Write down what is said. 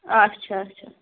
اَچھا اَچھا